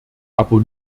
aber